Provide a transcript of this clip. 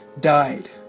died